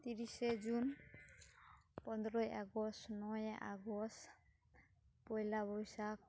ᱛᱤᱨᱤᱥᱮ ᱡᱩᱱ ᱯᱚᱱᱮᱨᱳᱭ ᱟᱜᱚᱥᱴ ᱱᱚᱭᱚᱭ ᱟᱜᱚᱥᱴ ᱯᱚᱭᱞᱟ ᱵᱚᱭᱥᱟᱠᱷ